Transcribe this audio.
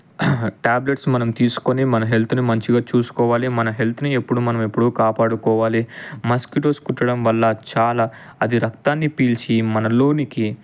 tablets మనం తీసుకొని మన హెల్త్ని మంచిగా చూసుకోవాలి మన హెల్త్ని ఎప్పుడు మనం ఎప్పుడూ కాపాడుకోవాలి మస్కిటోస్ కుట్టడం వల్ల చాలా అది రక్తాన్ని పీల్చి మనలోనికి